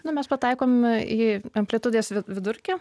nu mes pataikom į amplitudės vidurkį